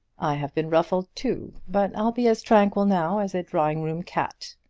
i have been ruffled too, but i'll be as tranquil now as a drawing-room cat.